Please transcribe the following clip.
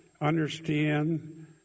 understand